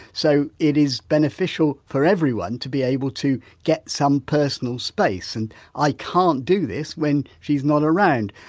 so it is beneficial for everyone to be able to get some personal space and i can't do this when she's not around.